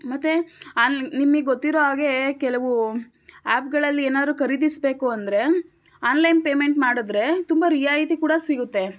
ಮತ್ತೆ ನಿಮಗ್ ಗೊತ್ತಿರೋ ಹಾಗೆ ಕೆಲವು ಆ್ಯಪ್ಗಳಲ್ಲಿ ಏನಾದ್ರು ಖರೀದಿಸಬೇಕು ಅಂದರೆ ಆನ್ಲೈನ್ ಪೇಮೆಂಟ್ ಮಾಡಿದ್ರೆ ತುಂಬ ರಿಯಾಯಿತಿ ಕೂಡ ಸಿಗುತ್ತೆ